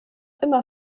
immer